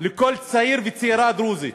לכל צעיר וצעירה דרוזים,